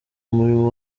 umuriro